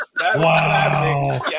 Wow